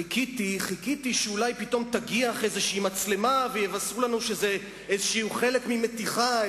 חיכיתי שאולי פתאום תגיח איזו מצלמה ויבשרו לנו שזה חלק ממתיחה,